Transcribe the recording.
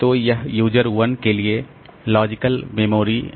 तो यह यूजर 1 के लिए लॉजिकल मेमोरी है